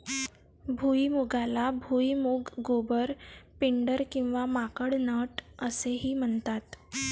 भुईमुगाला भुईमूग, गोबर, पिंडर किंवा माकड नट असेही म्हणतात